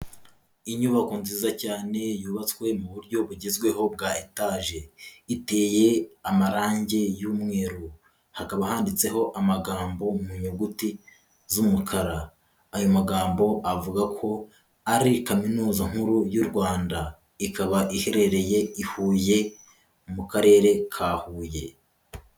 Inyubako nziza cyane yubatswe mu buryo bugezweho bwa etaje, iteye amarangi y'umweru hakaba, handitseho amagambo mu nyuguti z'umukara, ayo magambo avuga ko ari Kaminuza nkuru y'u Rwanda, ikaba iherereye i Huye mu karere ka Huye.